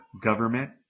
government